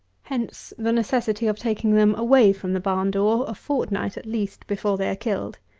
hence the necessity of taking them away from the barn-door a fortnight, at least, before they are killed.